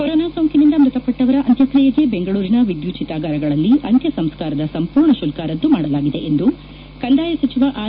corona ಸೋಂಕಿನಿಂದ ಮೃತಪಟ್ಟವರ ಅಂತ್ಯಕ್ರಿಯೆಗೆ ಬೆಂಗಳೂರಿನ ವಿದ್ಯುತ್ ಚಿತಾಗಾರಗಳಲ್ಲಿ ಅಂತ್ಯ ಸಂಸ್ಕಾರದ ಸಂಪೂರ್ಣ ಶುಲ್ಕ ರದ್ದು ಮಾಡಲಾಗಿದೆ ಎಂದು ಕಂದಾಯ ಸಚಿವ ಆರ್